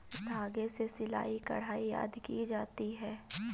धागे से सिलाई, कढ़ाई आदि की जाती है